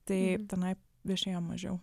tai tenai viešėjom mažiau